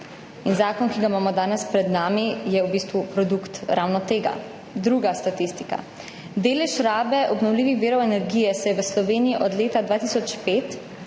zakon, ki ga imamo danes pred nami, je v bistvu produkt ravno tega. Druga statistika, delež rabe obnovljivih virov energije se je v Sloveniji od leta 2005